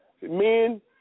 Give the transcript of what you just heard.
men